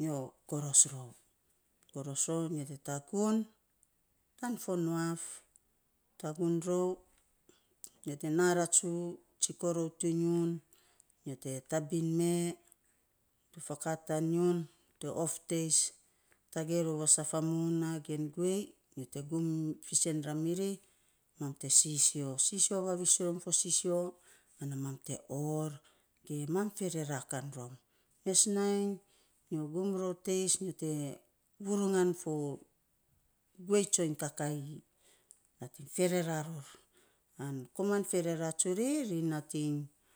nyo goros rou, goros rou nyo te tagun tan fo nuaf, tagun rou, nyo te na ratsu tsiko rou ta nyiu, nyo te tabin mee, fakaa tan nyiu te of teis, tagei rou a saf a moun gen guei nyo te gum fiisen ramiri, mam te sisio sisio vavis rom fo sisio ana mam te oor, mam ferera kan rom, mes nainy mes nainy nyo gum rou teis nyo te vurungan fo guei tsony kakaii, ferera ror, an koman, ferera tsuri, ri nating.